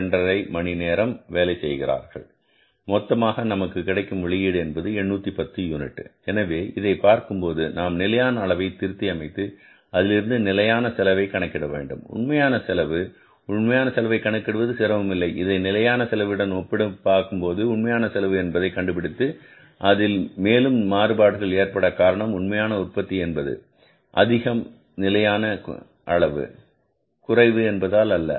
5 மணி நேரம் வேலை செய்தால் மொத்தமாக நமக்கு கிடைக்கும் வெளியீடு என்பது 810 யூனிட்டுகள் எனவே இதை பார்க்கும்போது நாம் நிலையான அளவை திருத்தி அமைத்து அதிலிருந்து நிலையான செலவை கணக்கிட வேண்டும் உண்மையான செலவு உண்மையான செலவு கணக்கிடுவது சிரமமில்லை இதை நிலையான செலவுடன் ஒப்பிட்டுப் பார்க்கிறோம் உண்மையான செலவு என்பதை கண்டுபிடித்து அதில் மேலும் மாறுபாடுகள் ஏற்படக் காரணம் உண்மையான உற்பத்தி என்பது அதிகம நிலையான அளவு குறைவு என்பதால் அல்ல